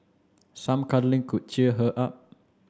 some cuddling could cheer her up